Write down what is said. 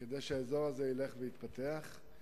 כדי שילכו ויתפתחו.